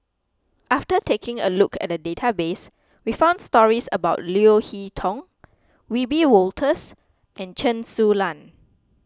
after taking a look at the database we found stories about Leo Hee Tong Wiebe Wolters and Chen Su Lan